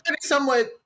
somewhat